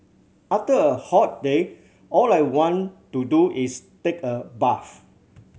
after a hot day all I want to do is take a bath